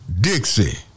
Dixie